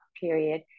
period